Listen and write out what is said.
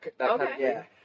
Okay